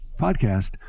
podcast